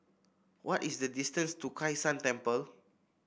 what is the distance to Kai San Temple